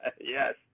Yes